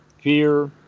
fear